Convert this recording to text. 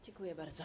Dziękuję bardzo.